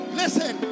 listen